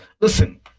listen